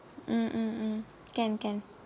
mm mm can can